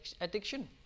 addiction